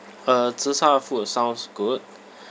uh zi char food sounds good